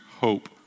hope